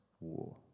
war